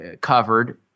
covered